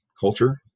culture